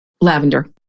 Lavender